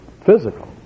physical